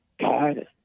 God